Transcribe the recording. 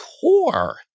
core